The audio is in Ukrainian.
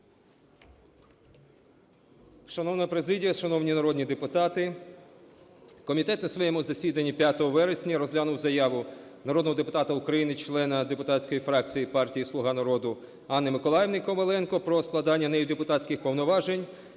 Шановна президія, шановні народні депутати, комітет на своєму засіданні 5 вересня розглянув заяву народного депутата України члена депутатської фракції партії "Слуга народу" Анни Миколаївни Коваленко про складання нею депутатських повноважень